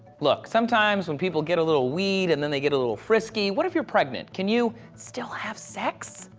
look, sometimes, when people get a little weed and then they get a little frisky, what if you're pregnant? can you whisper still have sex?